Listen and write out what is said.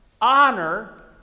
Honor